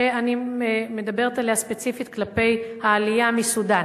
שאני מדברת עליה ספציפית כלפי העלייה מסודן.